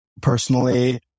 personally